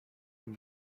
and